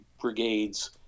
brigades